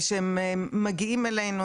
הם מגיעים אלינו,